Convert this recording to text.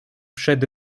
przed